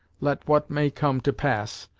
let what may come to pass,